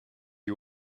you